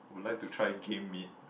would like to try game meat